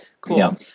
Cool